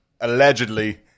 allegedly